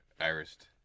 irised